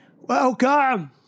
welcome